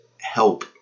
help